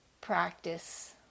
practice